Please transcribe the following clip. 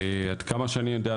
עד כמה שאני יודע,